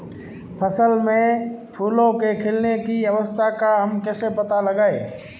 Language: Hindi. फसल में फूलों के खिलने की अवस्था का हम कैसे पता लगाएं?